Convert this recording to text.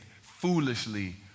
foolishly